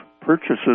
purchases